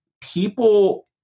people